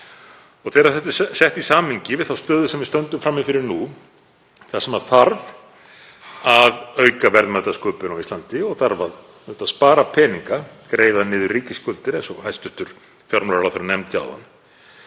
Þegar þetta er sett í samhengi við þá stöðu sem við stöndum frammi fyrir nú, þar sem þarf að auka verðmætasköpun á Íslandi og þarf að spara peninga, greiða niður ríkisskuldir, eins og hæstv. fjármálaráðherra nefndi áðan,